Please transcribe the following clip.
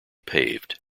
paved